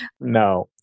No